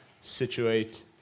situate